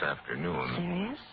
afternoon